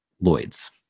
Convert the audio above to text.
Lloyd's